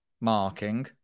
marking